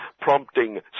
prompting